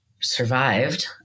survived